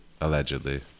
allegedly